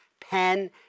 pen